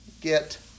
get